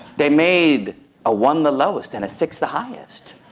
they made a one the lowest and a six the highest.